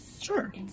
Sure